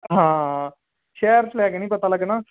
ਹਾਂ ਸ਼ਹਿਰ 'ਚ ਲੈ ਕੇ ਨਹੀਂ ਪਤਾ ਲੱਗਣਾ